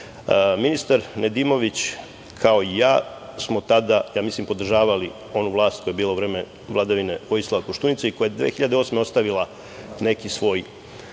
Ministar Nedimović kao i ja smo tada podržavali onu vlast. To je bilo u vreme vladavine Vojislava Koštunice i koja je 2008. godine ostavila neki svoj